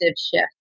shift